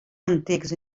antics